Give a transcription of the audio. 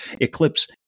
Eclipse